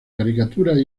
caricaturas